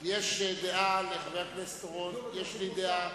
יש דעה לחבר הכנסת אורון, יש לי דעה,